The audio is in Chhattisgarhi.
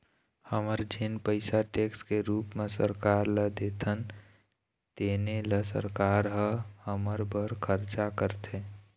हमन जेन पइसा टेक्स के रूप म सरकार ल देथन तेने ल सरकार ह हमर बर खरचा करथे